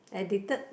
addicted